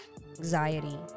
anxiety